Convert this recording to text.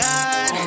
God